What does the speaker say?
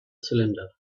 cylinder